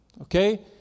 Okay